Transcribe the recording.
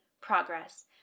progress